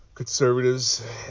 Conservatives